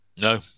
No